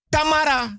Tamara